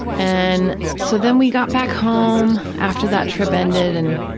and so then we got back home after that trip ended and